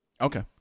Okay